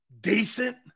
decent